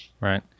right